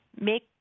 make